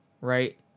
right